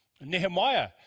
Nehemiah